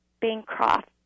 Bancroft